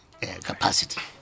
capacity